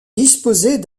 disposait